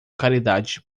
caridade